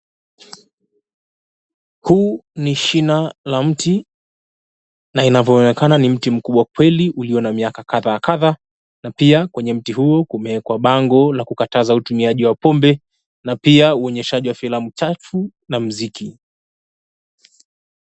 Huu ni shina la mti na inavyoonekana ni mti mkubwa kweli ulio na miaka kadha wa kadha na pia kwenye mti huu kumeekwa bango la kukataza utumiaji wa pombe na pia uonyeshaji wa filamu chafu na muziki.